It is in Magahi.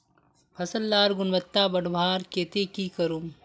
फसल लार गुणवत्ता बढ़वार केते की करूम?